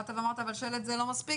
אמרת ששלט זה לא מספיק,